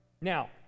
now